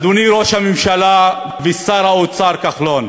אדוני ראש הממשלה ושר האוצר כחלון,